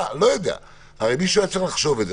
הרי מישהו היה צריך לחשוב על זה.